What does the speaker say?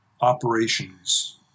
operations